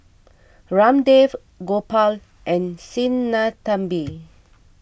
Ramdev Gopal and Sinnathamby